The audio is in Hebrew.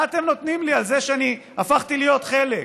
מה אתם נותנים לי על זה שאני הפכתי להיות חלק,